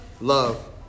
Love